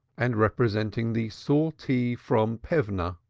and representing the sortie from plevna,